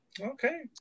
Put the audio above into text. Okay